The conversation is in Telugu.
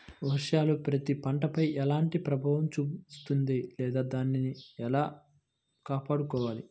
వర్షాలు పత్తి పంటపై ఎలాంటి ప్రభావం చూపిస్తుంద లేదా దానిని ఎలా కాపాడుకోవాలి?